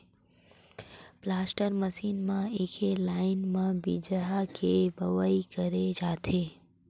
planter machine म एके line म बीजहा के बोवई करे जाथे